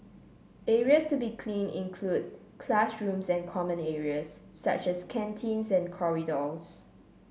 areas to be cleaned include classrooms and common areas such as canteens and corridors